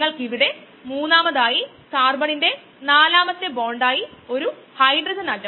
നമ്മൾ ഇത് കണ്ടുപിടിക്കുക ആണെകിൽ നമ്മൾ കുറച്ച് സമയമെടുക്കും കുറച്ച് പേജുകളും മറ്റും